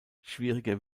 schwieriger